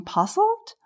Puzzled